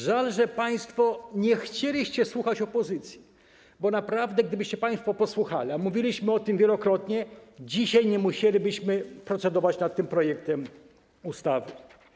Żal, że państwo nie chcieliście słuchać opozycji, bo naprawdę gdybyście państwo posłuchali, a mówiliśmy o tym wielokrotnie, dzisiaj nie musielibyśmy procedować nad tym projektem ustawy.